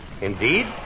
Indeed